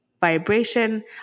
vibration